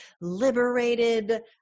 liberated